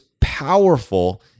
powerful